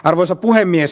arvoisa puhemies